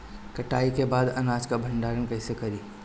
कटाई के बाद अनाज का भंडारण कईसे करीं?